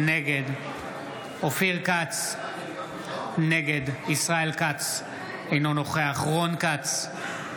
נגד אופיר כץ, נגד ישראל כץ, אינו נוכח רון כץ,